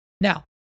Now